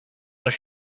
als